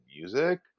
music